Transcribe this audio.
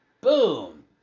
Boom